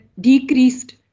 decreased